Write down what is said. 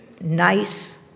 nice